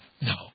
No